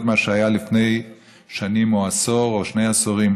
מה שהיה לפני שנים או עשור או שני עשורים,